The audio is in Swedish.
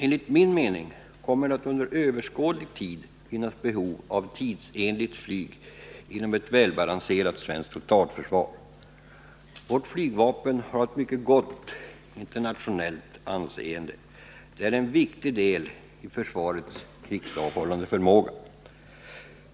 Enligt min mening kommer det att under överskådlig tid finnas behov av tidsenligt flyg inom ett välbalanserat svenskt totalförsvar. Vårt flygvapen har ett mycket gott internationellt anseende. Det är en viktig del i försvarets krigsavhållande förmåga.